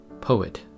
Poet